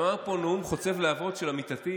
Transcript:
שמענו פה נאום חוצב להבות של עמיתתי